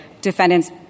defendant's